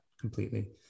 completely